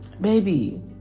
Baby